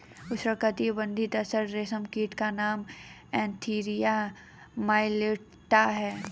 उष्णकटिबंधीय तसर रेशम कीट का नाम एन्थीरिया माइलिट्टा है